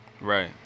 right